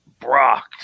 Brock